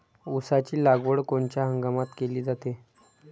ऊसाची लागवड कोनच्या हंगामात केली जाते?